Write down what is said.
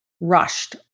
rushed